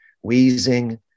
wheezing